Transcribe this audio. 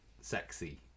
sexy